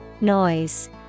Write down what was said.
Noise